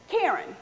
Karen